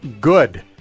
good